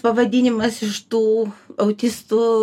pavadinimas iš tų autistų